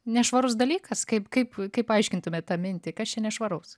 nešvarus dalykas kaip kaip kaip paaiškintumėt tą mintį kas čia nešvaraus